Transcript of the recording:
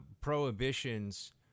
prohibitions